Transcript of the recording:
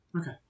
Okay